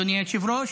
אדוני היושב-ראש,